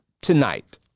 tonight